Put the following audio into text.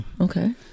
okay